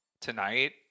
tonight